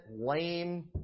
lame